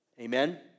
amen